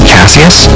Cassius